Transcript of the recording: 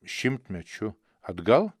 šimtmečių atgal